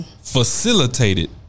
facilitated